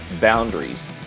boundaries